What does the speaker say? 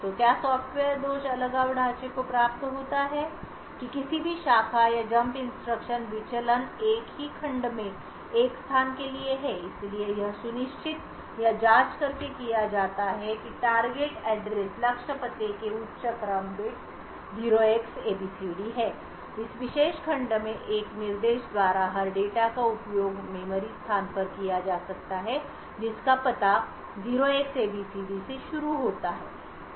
तो क्या सॉफ्टवेयर दोष अलगाव ढांचे को प्राप्त होता है कि किसी भी शाखा या जंप इंस्ट्रक्शन विचलन एक ही खंड में एक स्थान के लिए है इसलिए यह सुनिश्चित या जाँच करके किया जाता है कि लक्ष्य पते के उच्च क्रम बिट्स 0Xabcd है इस विशेष खंड में एक निर्देश द्वारा हर डेटा का उपयोग मेमोरी स्थान पर किया जा सकता है जिसका पता 0Xabcd से शुरू होता है